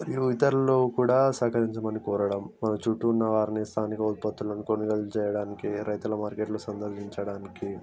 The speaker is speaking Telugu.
మరియు ఇతరులు కూడా సహకరించమని కోరడం మన చుట్టూ ఉన్న వారిని స్థానిక ఉత్పత్తులను కొనుగోలు చేయడానికి రైతుల మార్కెట్లు సందర్శించడానికి